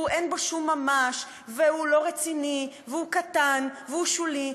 אין בו שום ממש והוא לא רציני והוא קטן והוא שולי,